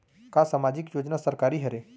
का सामाजिक योजना सरकारी हरे?